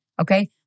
okay